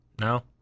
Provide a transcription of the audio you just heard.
No